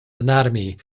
anatomy